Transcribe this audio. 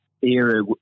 era